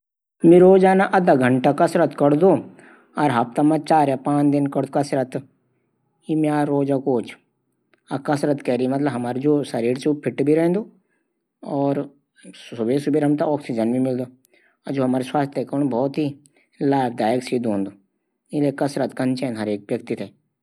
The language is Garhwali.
आंखो मुख्य रंग छ प्रकार हूंदा छन